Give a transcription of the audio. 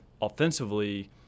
offensively